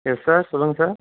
S sir சொல்லுங்கள் sir